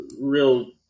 real –